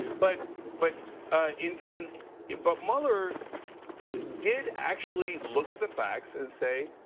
but but ah and and and but mueller did actually look at the facts and say,